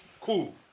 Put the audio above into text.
cool